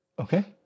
Okay